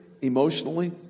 emotionally